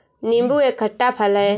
नीबू एक खट्टा फल है